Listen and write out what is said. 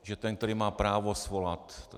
Že ten, který má právo svolat...